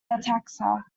ataxia